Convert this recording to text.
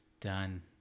done